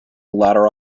latter